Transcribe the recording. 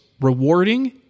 rewarding